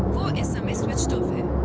is um is switched off